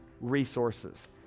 resources